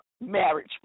marriage